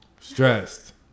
stressed